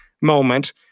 moment